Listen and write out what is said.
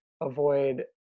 Avoid